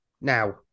now